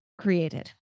created